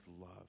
love